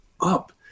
up